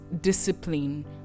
discipline